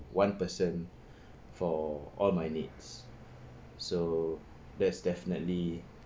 one person for all my needs so that's definitely